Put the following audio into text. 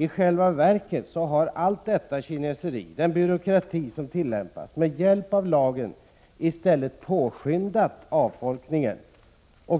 I själva verket har allt detta kineseri, den byråkrati som tillämpas med hjälp av lagen, i stället påskyndat avfolkningen.